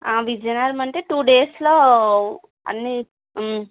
విజయనగరం అంటే two days లో అన్ని